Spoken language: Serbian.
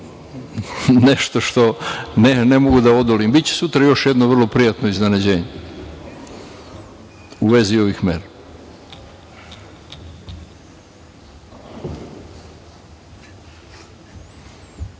nešto, ne mogu da odolim, biće sutra još jedno vrlo prijatno iznenađenje u vezi ovih mera.